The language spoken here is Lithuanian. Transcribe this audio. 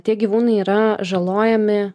tie gyvūnai yra žalojami